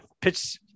pitch